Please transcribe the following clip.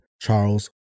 Charles